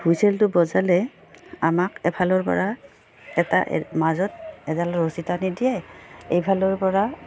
হুইচেলটো বজালে আমাক এফালৰ পৰা এটা মাজত এডাল ৰছী টানি দিয়ে এইফালৰ পৰা